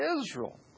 Israel